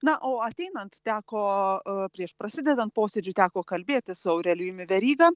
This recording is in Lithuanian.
na o ateinant teko prieš prasidedant posėdžiui teko kalbėtis su aurelijumi veryga